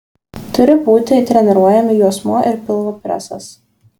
turi būti treniruojami juosmuo ir pilvo presas